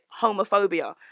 homophobia